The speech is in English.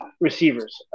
receivers